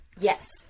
yes